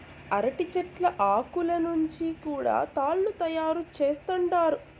అరటి చెట్ల ఆకులను నుంచి కూడా తాళ్ళు తయారు చేత్తండారు